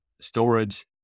storage